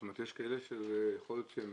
זאת אומרת, יש כאלה שיכול להיות שהם